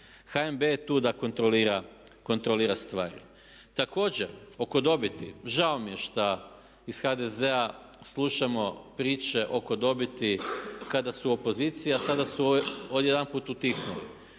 HNB je tu da kontrolira stvari. Također, oko dobiti, žao mi je što iz HDZ-a slušamo priče oko dobiti kada su u opoziciji a sada su odjedanput utihnuli.